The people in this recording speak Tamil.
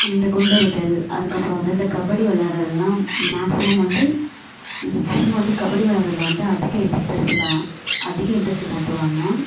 இந்த குண்டெறிதல் அதுக்கப்புறம் வந்து அந்த கபடி விளையாடுறதெல்லாம் மேக்சிமம் வந்து பசங்க வந்து கபடி விளையாட்றதுல வந்து அதிக இன்ட்ரஸ்ட் எடுத்துக்க அதிக இன்ட்ரஸ்ட்டு காட்டுவாங்க